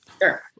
Sure